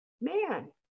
man